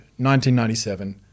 1997